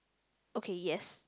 okay yes